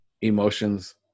emotions